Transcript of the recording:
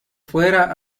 fuera